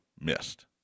missed